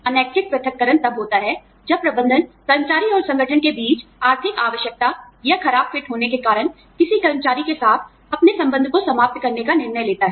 अनैच्छिक पृथक्करण तब होता है जब प्रबंधन कर्मचारी और संगठन के बीच आर्थिक आवश्यकता या खराब फिट होने के कारण किसी कर्मचारी के साथ अपने संबंध को समाप्त करने का निर्णय लेता है